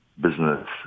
business